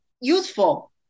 useful